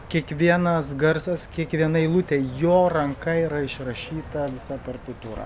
kiekvienas garsas kiekviena eilutė jo ranka yra išrašyta visa partitūra